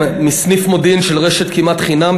מסניף מודיעין של רשת "כמעט חינם",